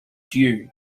due